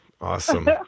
Awesome